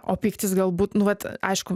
o pyktis galbūt nu vat aišku